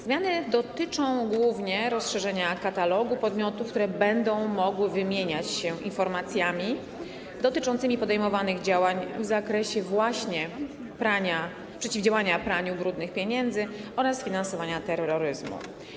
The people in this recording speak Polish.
Zmiany dotyczą głównie rozszerzenia katalogu podmiotów, które będą mogły wymieniać się informacjami dotyczącymi podejmowanych działań w zakresie właśnie przeciwdziałania praniu pieniędzy oraz finansowaniu terroryzmu.